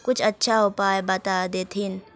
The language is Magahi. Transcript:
कुछ अच्छा उपाय बता देतहिन?